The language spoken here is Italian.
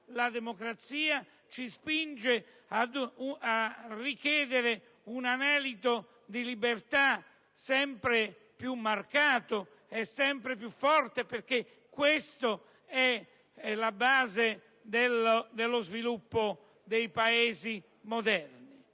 la democrazia, ci spinge a richiedere un anelito di libertà sempre più marcato e sempre più forte, perché questa è la base dello sviluppo dei Paesi moderni.